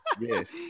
yes